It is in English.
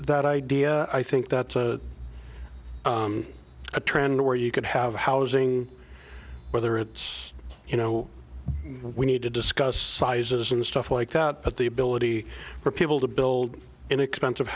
that idea i think that's a trend where you could have housing whether it's you know we need to discuss sizes and stuff like that at the ability for people to build inexpensive